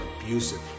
abusive